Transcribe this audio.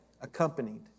accompanied